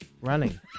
Running